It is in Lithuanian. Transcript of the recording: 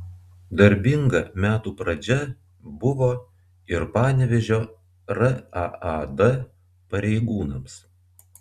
darbinga metų pradžia buvo ir panevėžio raad pareigūnams